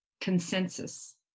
consensus